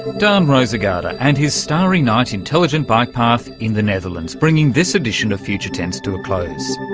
daan roosegarde and his starry night intelligent bike path in the netherlands, bringing this edition of future tense to a close.